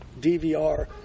DVR